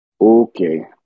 okay